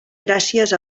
gràcies